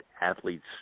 athletes